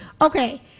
Okay